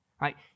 right